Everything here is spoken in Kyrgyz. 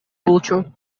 болчу